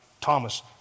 Thomas